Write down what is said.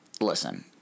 listen